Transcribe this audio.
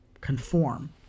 conform